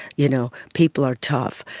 you know people are tough,